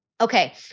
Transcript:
Okay